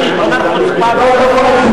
בשטחי C, לא, הוא אמר,